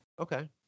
Okay